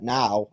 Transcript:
now